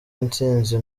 intsinzi